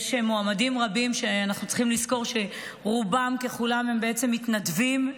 יש מועמדים רבים שאנחנו צריכים לזכור שרובם ככולם הם בעצם מתנדבים,